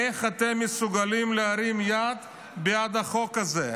איך אתם מסוגלים להרים יד בעד החוק הזה?